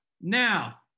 Now